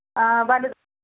ആ വലുത്